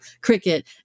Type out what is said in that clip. cricket